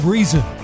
Reason